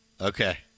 Okay